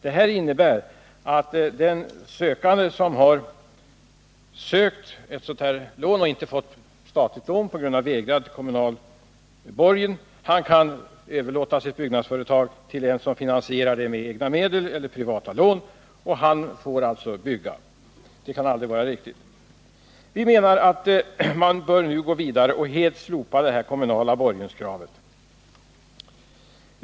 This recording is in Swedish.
Det innebär att den sökande som inte fått statliga lån på grund av vägrad kommunal borgen kan överlåta sitt byggnadsföretag åt en som finansierar det med egna medel eller privata lån — den personen får alltså bygga. Det kan aldrig vara riktigt. Vi menar att man nu bör gå vidare och helt slopa det kommunala borgenskravet.